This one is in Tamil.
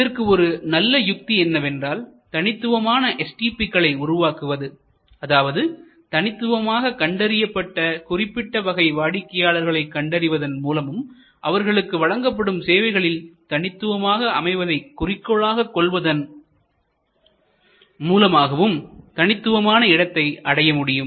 இதற்கு ஒரு நல்ல யுக்தி என்னவென்றால் தனித்துவமான STP க்களை உருவாக்குவது அதாவது தனித்துவமாக கண்டறியப்பட்ட குறிப்பிட்ட வகை வாடிக்கையாளர்களை கண்டறிவதன் மூலமும் அவர்களுக்கு வழங்கப்படும் சேவைகளில் தனித்துவமாக அமைவதை குறிக்கோளாக கொள்வதன் மூலமாகவும் தனித்துவமான இடத்தை அடைய முடியும்